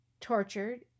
tortured